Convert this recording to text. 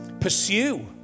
pursue